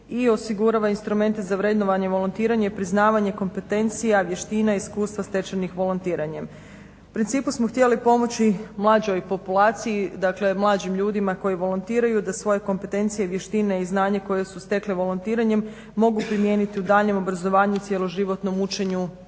i osigurava instrumente za vrednovanje volontiranja i priznavanje kompetencija, vještina i iskustva stečenih volontiranjem. U principu smo htjeli pomoći mlađoj populaciji, dakle mlađim ljudima koji volontiraju da svoje kompetencije, vještine i znanja koje su stekli volontiranjem mogu primijeniti u daljnjem obrazovanju, cjeloživotnom učenju